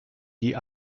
die